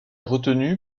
retenu